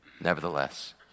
Nevertheless